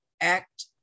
ACT